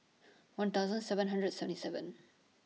one thousand seven hundred seventy seven